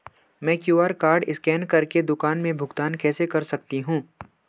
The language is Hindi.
मैं क्यू.आर कॉड स्कैन कर के दुकान में भुगतान कैसे कर सकती हूँ?